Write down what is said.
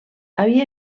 havia